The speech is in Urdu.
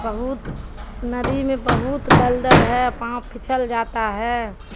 بہت ندی میں بہت دل دل ہے پامپ پھچل جاتا ہے